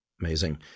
Amazing